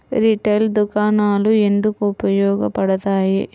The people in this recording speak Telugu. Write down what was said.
రిటైల్ దుకాణాలు ఎందుకు ఉపయోగ పడతాయి?